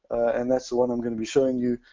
and that's the one i'm going to be showing you.